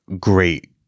great